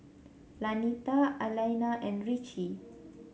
Lanita Alaina and Ritchie